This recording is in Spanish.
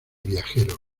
viajeros